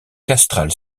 castrale